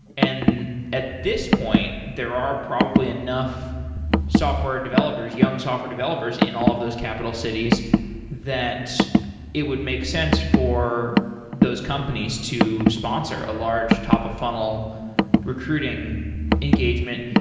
and at this point, there are probably enough software developers, young software developers in all of those capital cities that it would make sense for those companies to sponsor a large top of funnel recruiting engagement.